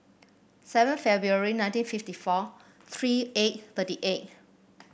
seven February nineteen fifty four three eight thirty eight